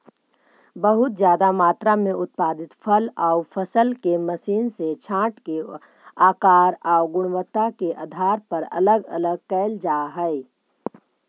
बहुत ज्यादा मात्रा में उत्पादित फल आउ फसल के मशीन से छाँटके आकार आउ गुणवत्ता के आधार पर अलग अलग कैल जा हई